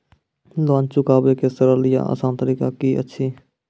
Loan चुकाबै के सरल या आसान तरीका की अछि?